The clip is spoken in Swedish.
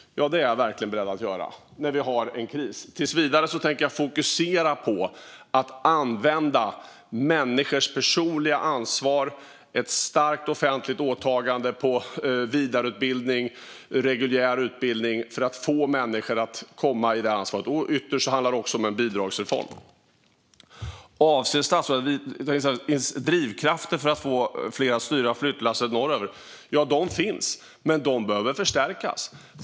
Det är jag verkligen beredd att göra - när vi har en kris. Tills vidare tänker jag fokusera på att använda människors personliga ansvar och ett starkt offentligt åtagande för vidareutbildning och reguljär utbildning för att få människor att ta det ansvaret. Ytterst handlar det också om en bidragsreform. Ännu en fråga är: Avser statsrådet att ta några initiativ för att skapa drivkrafter för att få fler att styra flyttlasset norröver? De finns, men de behöver förstärkas.